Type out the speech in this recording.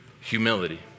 humility